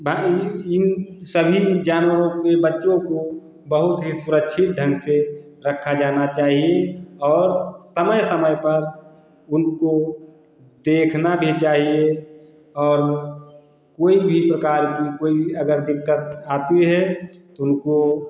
ब इन इन सभी जानवरों के बच्चों को बहुत ही सुरक्षित ढंग से रखा जाना चाहिए और समय समय पर उनको देखना भी चाहिए और कोई भी प्रकार की कोई अगर दिक्कत आती है तो उनको